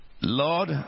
Lord